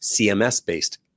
CMS-based